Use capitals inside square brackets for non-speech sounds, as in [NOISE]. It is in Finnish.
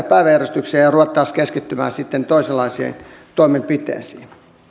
[UNINTELLIGIBLE] päiväjärjestykseen ja ja rupeaisimme keskittymään sitten toisenlaisiin toimenpiteisiin